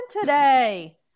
today